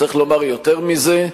צריך לומר יותר מזה: